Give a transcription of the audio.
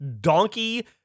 donkey